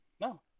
No